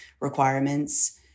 requirements